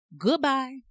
Goodbye